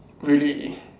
really